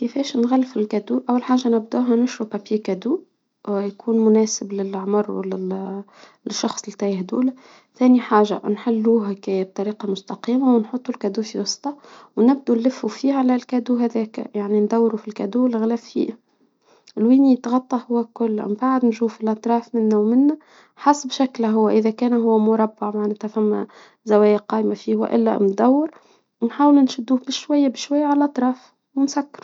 كيفاش نغلفو الكادو؟ أول حاجة نبدأها نشترى بابيه كادو و يكون مناسب للعمر و لل للشخص التايه هدول ثاني حاجة نحلوها هكايا بطريقة مستقمة، ونحط الكادو في الوسطى، ونبدوا نلفوا فيها على الكادو هذاك، يعني ندوروا في الكادو الغلف فيه وين يتغطى هو كله، من بعد نشوف الأطراف منا ومنه حس بشكلها إذا كان هو مربع معناتها تم زوايا قائمة فيه وإلا مدور، ونحاول نشدوه بشوية بشوية على الأطراف ونسكرو.